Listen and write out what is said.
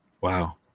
Wow